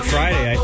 Friday